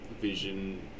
vision